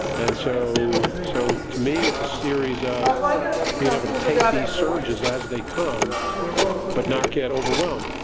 and so so to me, it's a series of being able to take these surges as they come but not get overwhelmed.